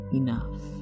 enough